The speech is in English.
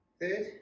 Third